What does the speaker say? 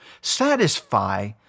satisfy